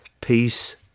Peace